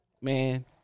Man